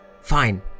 Fine